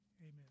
Amen